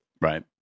Right